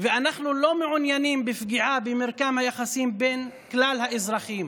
ואנחנו לא מעוניינים בפגיעה במרקם היחסים בין כלל האזרחים,